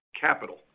capital